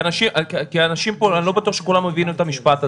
אני לא בטוח שכולם מבינים את המשפט הזה.